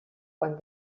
quan